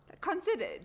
Considered